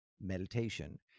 meditation